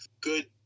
good